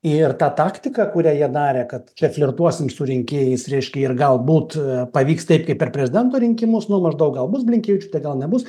ir ta taktika kurią jie darė kad čia flirtuosim su rinkėjais reiškia ir galbūt pavyks taip kaip per prezidento rinkimus nu maždaug gal bus blinkevičiūtė gal nebus